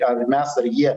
ar mes ar jie